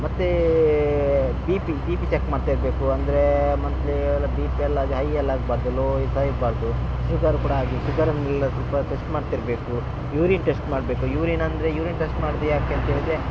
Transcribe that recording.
ಮತ್ತು ಬಿ ಪಿ ಬಿ ಪಿ ಚೆಕ್ ಮಾಡ್ತಾ ಇರಬೇಕು ಅಂದರೆ ಮೊದಲೇ ಎಲ್ಲ ಬಿ ಪಿಯೆಲ್ಲ ಅದು ಹೈ ಎಲ್ಲ ಇರ್ಬಾರದು ಲೋ ಎಲ್ಲ ಇರ್ಬಾರದು ಶುಗರ್ ಕೂಡ ಹಾಗೆ ಶುಗರ್ ಎಲ್ಲ ಸ್ವಲ್ಪ ಟೆಸ್ಟ್ ಮಾಡ್ತಾ ಇರಬೇಕು ಯೂರಿನ್ ಟೆಸ್ಟ್ ಮಾಡಬೇಕು ಯೂರಿನ್ ಅಂದರೆ ಯೂರಿನ್ ಟೆಸ್ಟ್ ಮಾಡುದು ಯಾಕೆಂತೇಳಿದರೆ